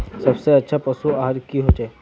सबसे अच्छा पशु आहार की होचए?